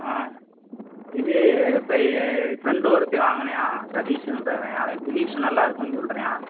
ஆ இது ஃபிரெண்டு ஒருத்தவன் வாங்கினையான் சதிஷ்ன்றவன் அவன் ஃபிலிப்ஸ் நல்லாயிருக்குன்னு சொல்லுறியான்